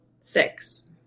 Six